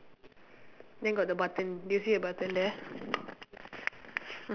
then got the button do you see a button there